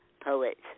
poets